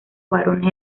barones